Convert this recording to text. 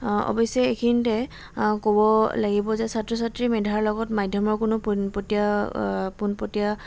অৱশ্যে এইখিনিতে ক'ব লাগিব যে ছাত্ৰ ছাত্ৰী মেধাৰ লগত মাধ্যমৰ কোনো পোনপটীয়া পোনপটীয়া